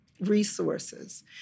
resources